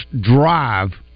drive